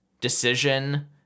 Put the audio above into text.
decision